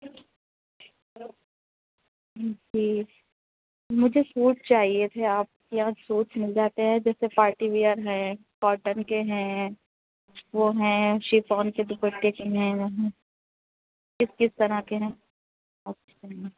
جی مجھے سوٹ چاہیے تھے آپ کے یہاں سوٹس مل جاتے ہیں جیسے پارٹی ویئر ہیں کاٹن کے ہیں وہ ہیں شیفون کے دوپٹے کے ہیں کس کس طرح کے ہیں